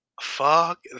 Fuck